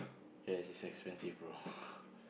ya it's expensive bro